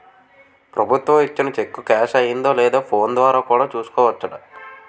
ప్రభుత్వం ఇచ్చిన cheque cash అయిందో లేదో ఫోన్ ద్వారా కూడా చూసుకోవచ్చట